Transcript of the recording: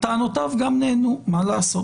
טענותיו גם נענו, מה לעשות?